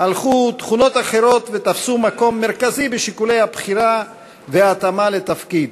הלכו תכונות אחרות ותפסו מקום מרכזי בשיקולי הבחירה וההתאמה לתפקיד,